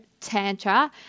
Tantra